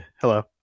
Hello